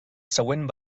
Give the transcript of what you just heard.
següent